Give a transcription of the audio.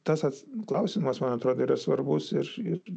tas klausimas man atrodo yra svarbus ir ir